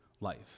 life